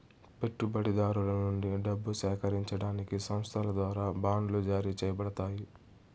పెట్టుబడిదారుల నుండి డబ్బు సేకరించడానికి సంస్థల ద్వారా బాండ్లు జారీ చేయబడతాయి